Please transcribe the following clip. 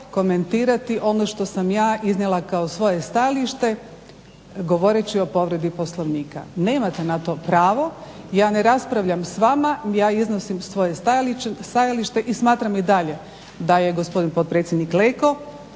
komentirati ono što sam ja iznijela kao svoje stajalište govoreći o povredi Poslovnika. Nemate na to pravo. Ja ne raspravljam s vama, ja iznosim svoje stajalište i smatram i dalje da je gospodin potpredsjednik Leko